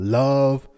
love